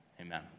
Amen